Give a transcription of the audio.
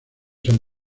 san